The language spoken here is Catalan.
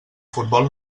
futbol